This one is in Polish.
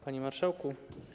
Panie Marszałku!